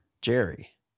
Jerry